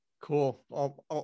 Cool